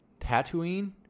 Tatooine